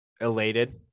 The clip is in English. elated